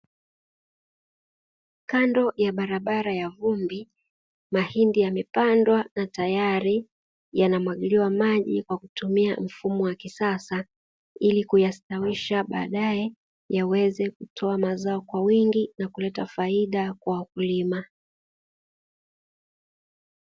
Kando ya barabara ya vumbi, mahindi yamepandwa na tayari yanamwagiliwa maji kwa kutumia mfumo wa kisasa ili kuyastawisha baadae yaweze kutoa mazao kwa wingi ili kuleta faida kwa wakulima.